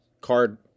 card